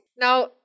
Now